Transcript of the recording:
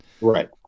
Right